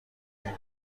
این